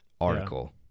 article